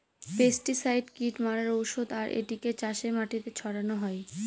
pesticide কীট মারার ঔষধ আর এটিকে চাষের মাটিতে ছড়ানো হয়